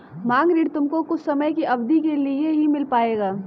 मांग ऋण तुमको कुछ समय की अवधी के लिए ही मिल पाएगा